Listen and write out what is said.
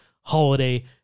holiday